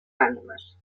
ànimes